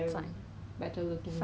to buy a